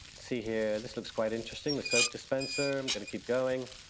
see here, this looks quite interesting, the soap dispenser, i'm gonna keep going,